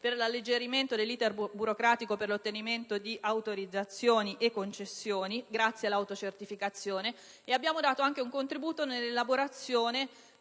per l'alleggerimento dell'*iter* burocratico per l'ottenimento di autorizzazioni e concessioni, grazie alla autocertificazione. Abbiamo dato anche un contributo nella elaborazione